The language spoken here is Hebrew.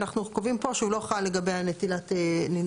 אנחנו קובעים פה שהוא לא חל לגבי נטילת הזרע.